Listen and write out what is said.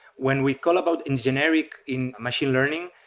when we call about in generic in machine learning,